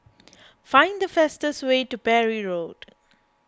find the fastest way to Parry Road